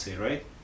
right